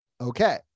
Okay